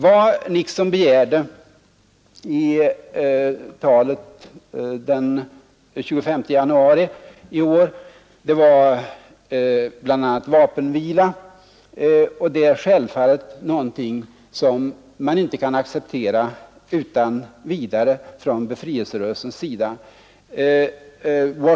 Vad Nixon begärde i talet den 25 januari var bl.a. vapenvila. Det är självfallet någonting som befrielserörelsen inte utan vidare kan acceptera.